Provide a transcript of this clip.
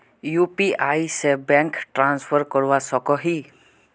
UPI से bank transfer करवा सकोहो ही?